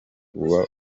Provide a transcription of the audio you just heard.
uba